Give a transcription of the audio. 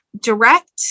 direct